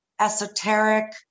esoteric